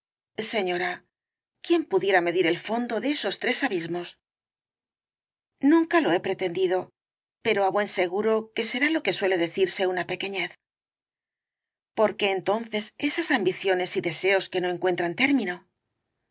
señora quién pudiera medir el fondo de esos tres abismos nunca lo he pretendido pero á buen seguro que será lo que suele decirse una pequenez por qué entonces esas ambiciones y deseos que no encuentran término